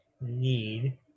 need